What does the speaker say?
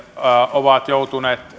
ovat joutuneet